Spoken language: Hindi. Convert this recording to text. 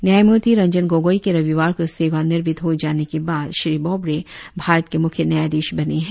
न्यायमूर्ति रंजन गोगोई के रविवार को सेवानिवृत्त हो जाने के बाद श्री बोबड़े भारत के मुख्य न्यायधिश बने है